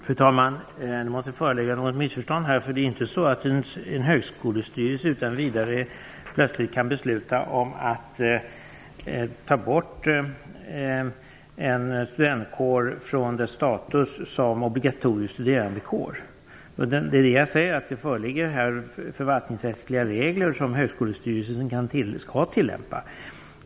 Fru talman! Det måste föreligga något missförstånd. Det är inte så att en högskolestyrelse utan vidare plötsligt kan besluta om att avskaffa en studentkårs status som obligatorisk studerandekår. Jag har här sagt att det föreligger förvaltningsrättsliga regler som högskolestyrelsen skall tillämpa.